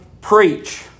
preach